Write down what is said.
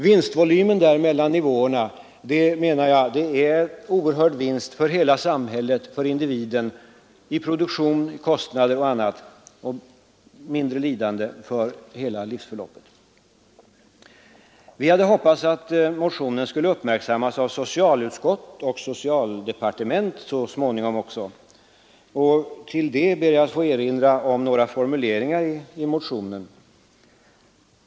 Vinstvolymen upp till den övre nivån innebär en oerhörd vinst för hela samhället och den enskilde individen såväl i arbetslivet som när det gäller minskade vårdkostnader och mindre lidanden under hela livsförloppet. Vi hade hoppats att motionen skulle uppmärksammas av socialutskottet och så småningom av socialdepartementet. I detta syfte ber jag att få erinra om några formuleringar i motionen.